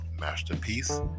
Masterpiece